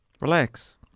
Relax